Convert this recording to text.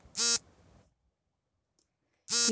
ಕೀಟಗಳು ಹೊಲದಲ್ಲಿ ಯಾವುದರ ಮೇಲೆ ಧಾಳಿ ಮಾಡುತ್ತವೆ?